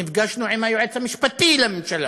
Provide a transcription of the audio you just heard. נפגשנו עם היועץ המשפטי לממשלה